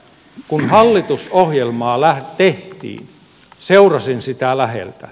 kun hallitusohjelmaa tehtiin seurasin sitä läheltä